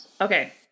okay